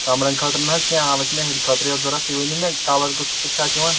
کَمرَن خٲطرٕ نہٕ حظ کیٚنٛہہ حالَس چھُ مےٚ ہیٚرِ خٲطرٕ حظ ضوٚرَتھ تُہۍ ؤنِو مےٚ کَلَر کُس کُس چھُ اَتھ یِوان